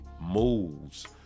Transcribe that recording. moves